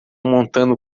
montando